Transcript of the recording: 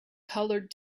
colored